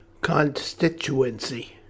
constituency